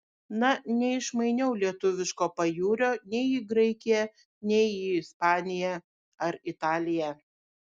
na neišmainiau lietuviško pajūrio nei į graikiją nei į ispaniją ar italiją